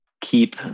keep